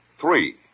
Three